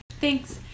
Thanks